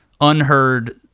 unheard